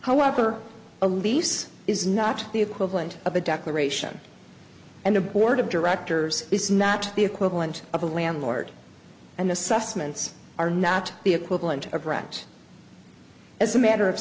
however a lease is not the equivalent of a declaration and the board of directors is not the equivalent of a landlord and assessments are not the equivalent of rent as a matter of